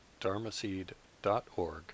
dharmaseed.org